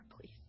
please